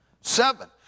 Seven